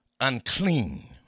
unclean